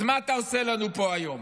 אז מה אתה עושה לנו פה היום?